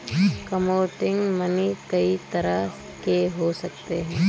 commodity money कई तरह के हो सकते हैं